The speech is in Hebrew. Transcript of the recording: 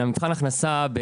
מבחן ההכנסה,